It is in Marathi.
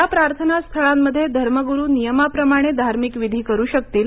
या प्रार्थना स्थळांमध्ये धर्मगुरू नियमाप्रमाणे धार्मिक विधी करू शकतील